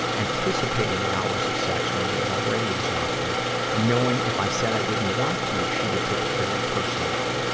anticipating the hours of sex when i was already exhausted and knowing if i said i didn't want to, she would take it very personally.